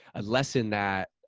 a lesson that